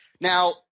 now